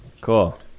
Cool